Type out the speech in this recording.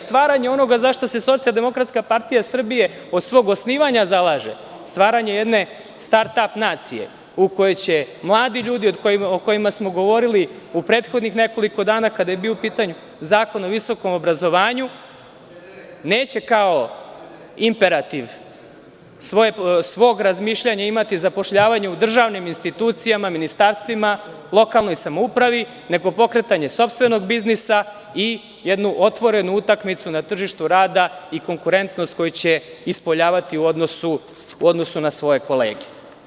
Stvaranje i onoga zašta se SDPS od svog osnivanja zalaže, stvaranje jedne start-up nacije u kojoj će mladi ljudi o kojima smo govorili u prethodnih nekoliko dana kada je bio u pitanju Zakon o visokom obrazovanju, neće kao imperativ svog razmišljanja imati zapošljavanje u državnom institucijama, ministarstvima, lokalnoj samoupravi nego pokretanje sopstvenog biznisa i jednu otvorenu utakmicu na tržištu rada i konkurentnost koju će ispoljavati u odnosu na svoje kolege.